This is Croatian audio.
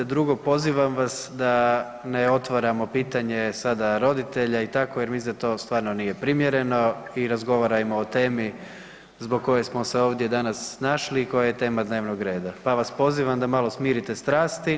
Drugo, pozivam vas da ne otvaramo pitanje sada roditelja i tako jer mislim da to stvarno nije primjereno i razgovarajmo o temi zbog koje smo se ovdje danas našli i koja je tema dnevnog reda, pa vas pozivam da malo smirite strasti.